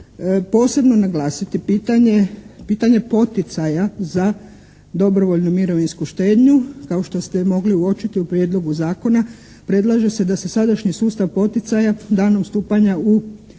Posebno naglasiti pitanje poticaja za dobrovoljnu mirovinsku štednju kao što ste mogli uočiti u prijedlogu zakona predlaže se da se sadašnji sustav poticaja danom stupanja u punopravno